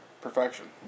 Perfection